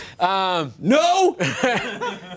No